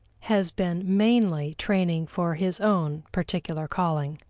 has been mainly training for his own particular calling.